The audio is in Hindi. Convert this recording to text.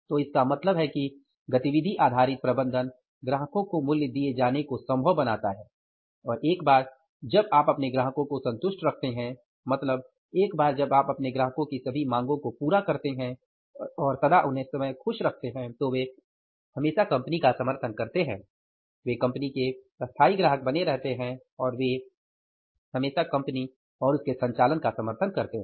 तो इसका मतलब है कि गतिविधि आधारित प्रबंधन ग्राहकों को मूल्य दिए जाने को संभव बनाता है और एक बार जब आप अपने ग्राहकों को संतुष्ट रखते हैं मतलब एक बार जब आप अपने ग्राहकों की सभी मांगों को पूरा करते है और सदा उन्हें समय खुश रखते हैं तो वे हमेशा कंपनी का समर्थन करते हैं वे कंपनी के स्थायी ग्राहक बनें रहते हैं और वे अर्थात हमेशा कंपनी और उसके संचालन का समर्थन करते हैं